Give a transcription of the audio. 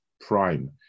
prime